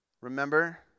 remember